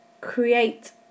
create